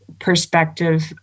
perspective